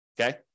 okay